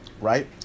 right